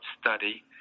study